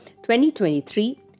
2023